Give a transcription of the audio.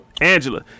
Angela